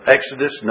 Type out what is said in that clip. Exodus